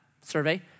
survey